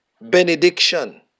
benediction